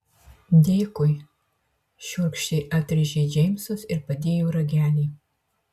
dėkui šiurkščiai atrėžė džeimsas ir padėjo ragelį